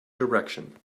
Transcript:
direction